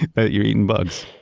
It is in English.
that you're eating bugs?